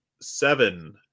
Seven